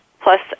plus